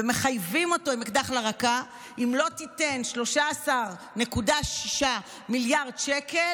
ומחייבים אותו עם אקדח לרקה: אם לא תיתן 13.6 מיליארד שקל,